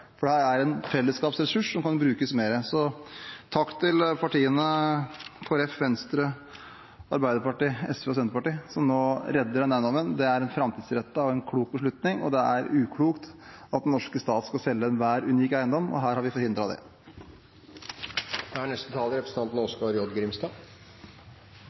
er en fellesskapsressurs som kan brukes mer. Takk til Kristelig Folkeparti, Venstre, Arbeiderpartiet, SV og Senterpartiet, som nå redder denne eiendommen. Det er en framtidsrettet og klok beslutning. Det er uklokt at den norske stat skal selge enhver unik eiendom, og nå har vi